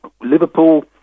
Liverpool